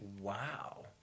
Wow